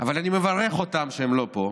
אני מברך אותם שהם לא פה,